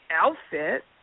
outfit